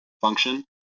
function